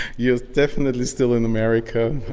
yes, definitely still in america.